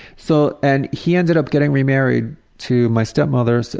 so and he ended up getting remarried to my stepmother, so